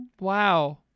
Wow